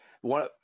one